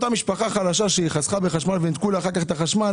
משפחה חלשה שחסכה בחשמל ואחר כך ניתקו לה את החשמל,